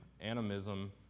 animism